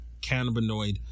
cannabinoid